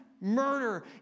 Murder